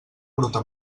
bruta